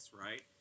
Right